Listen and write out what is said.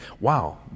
Wow